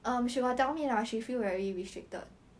it's very cringe